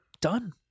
Done